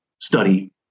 study